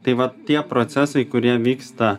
tai vat tie procesai kurie vyksta